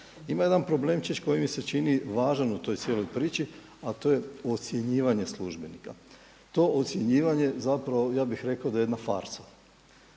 Ima jedan problemčić koji mi se čini važan u toj cijeloj priči a to je ocjenjivanje službenika. To ocjenjivanje zapravo ja bih rekao da je jedan farsa.